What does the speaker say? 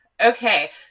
Okay